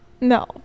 No